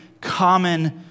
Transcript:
common